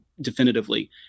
definitively